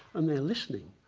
and they're listening.